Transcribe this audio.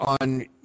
on